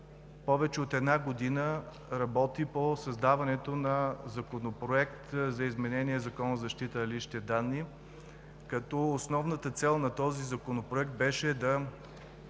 повече от една година работи по създаването на Законопроект за изменение на Закона за защита на личните данни. Основната цел на този законопроект беше да